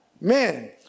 Man